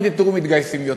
הנה, תראו, מתגייסים יותר.